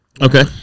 Okay